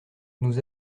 nous